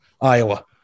Iowa